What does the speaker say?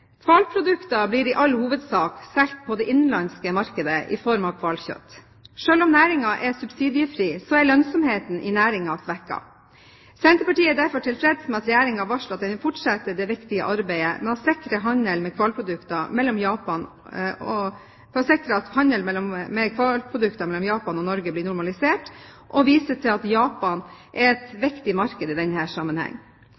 Hvalprodukter blir i all hovedsak solgt på det innenlandske markedet i form av hvalkjøtt. Selv om næringen er subsidiefri, er lønnsomheten i næringen svekket. Senterpartiet er derfor tilfreds med at Regjeringen varsler at den vil fortsette det viktige arbeidet med å sikre at handel med hvalprodukter mellom Japan og Norge blir normalisert, og viser til at Japan er et